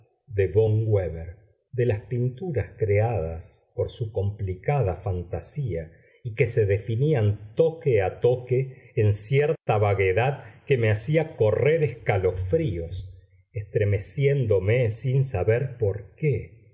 de von wéber de las pinturas creadas por su complicada fantasía y que se definían toque a toque en cierta vaguedad que me hacía correr escalofríos estremeciéndome sin saber por qué